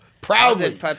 Proudly